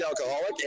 alcoholic